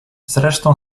zresztą